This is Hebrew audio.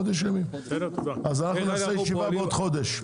אז אנחנו נעשה ישיבה בעוד חודש.